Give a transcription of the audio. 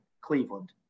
Cleveland